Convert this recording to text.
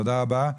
תודה רבה.